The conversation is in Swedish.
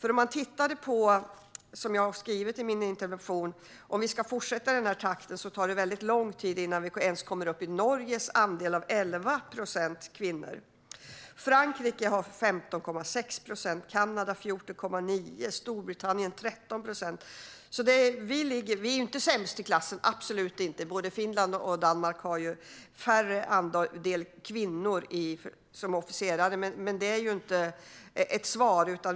Som jag har skrivit i min interpellation tar det väldigt lång tid om vi fortsätter i den här takten innan vi ens kommer upp i Norges andel som är 11 procent kvinnor. Frankrike har 15,6 procent, Kanada har 14,9 procent och Storbritannien har 13 procent. Vi är absolut inte sämst i klassen. Både Finland och Danmark har mindre andel kvinnliga officerare. Men det är inte ett svar.